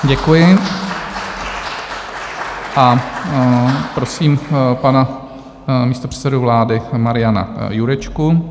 Děkuji a prosím pana místopředsedu vlády Mariana Jurečku.